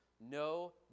No